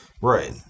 Right